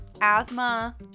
asthma